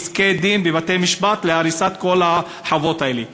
פסקי-דין בבתי-משפט להריסת החוות האלה.